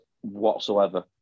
whatsoever